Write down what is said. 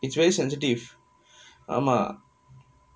it's very sensitive ஆமா:aamaa